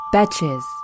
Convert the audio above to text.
Betches